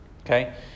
Okay